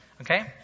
Okay